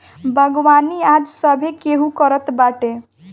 बागवानी आज सभे केहू करत बाटे